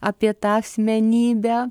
apie tą asmenybę